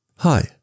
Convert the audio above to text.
Hi